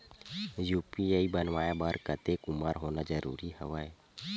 UPI बनवाय बर कतेक उमर होना जरूरी हवय?